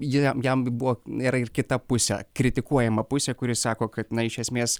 jiem jam buvo yra ir kita pusė kritikuojama pusė kuri sako kad na iš esmės